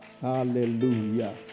Hallelujah